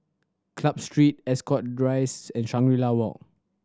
Club Street Ascot Rise and Shangri La Walk